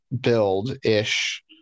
build-ish